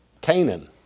Canaan